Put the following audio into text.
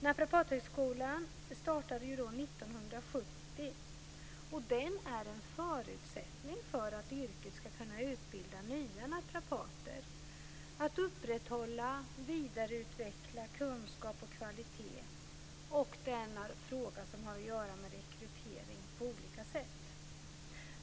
Naprapathögskolan startade 1970. Den är en förutsättning för att man ska kunna utbilda nya naprapater och för att upprätthålla och vidareutveckla kunskap och kvalitet. Det är en fråga som har att göra med rekrytering på olika sätt.